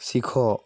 ଶିଖ